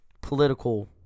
political